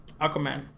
Aquaman